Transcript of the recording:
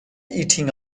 heating